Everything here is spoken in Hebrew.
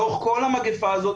לאורך כל המגפה הזאת,